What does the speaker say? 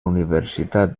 universitat